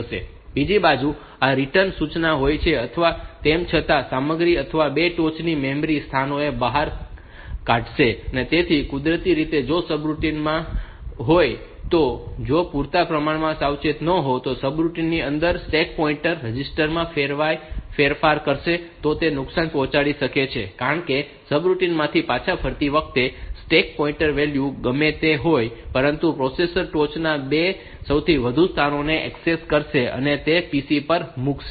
બીજી બાજુ આ રીટર્ન સૂચના હોય છે અથવા તેમ છતાં તે સામગ્રી અથવા 2 ટોચના મેમરી સ્થાનોને બહાર કાઢશે તેથી કુદરતી રીતે જો સબરૂટીન માં હોય તો જો તમે પૂરતા પ્રમાણમાં સાવચેત ન હોવ અને સબરૂટિન ની અંદર સ્ટેક પોઈન્ટર રજીસ્ટર માં ફેરફાર કરે તો તે નુકસાન પહોંચાડી શકે છે કારણ કે સબરૂટિન માંથી પાછા ફરતી વખતે સ્ટેક પોઈન્ટર વેલ્યુ ગમે તે હોય પરંતુ પ્રોસેસર ટોચના 2 સૌથી વધુ સ્થાનોને એક્સેસ કરશે અને તેને PC પર મૂકશે